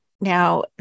Now